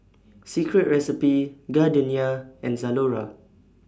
Secret Recipe Gardenia and Zalora